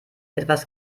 etwas